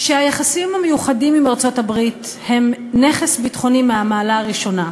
שהיחסים המיוחדים עם ארצות-הברית הם נכס ביטחוני מן המעלה הראשונה,